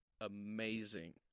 amazing